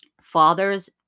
Fathers